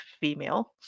female